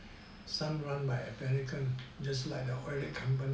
some run by american just like the oil rig company